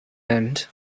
end